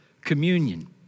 communion